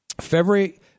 February